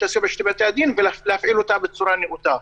הסיוע בשני בתי הדין ולהפעיל אותן בצורה נאותה.